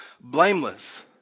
blameless